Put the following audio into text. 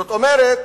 זאת אומרת,